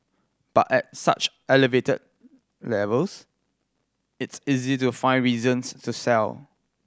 but at such elevated levels it's easy to find reasons to sell